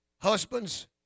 husbands